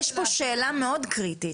ישי פה שאלה מאוד קריטית,